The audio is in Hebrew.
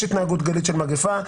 יש התנהגות גלית של מגפה,